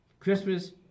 Christmas